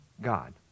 God